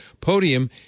Podium